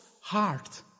heart